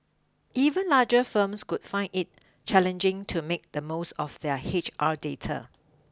even larger firms could find it challenging to make the most of their H R data